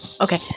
Okay